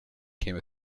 came